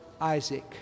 Isaac